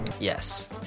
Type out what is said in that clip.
yes